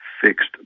fixed